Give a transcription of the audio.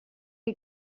are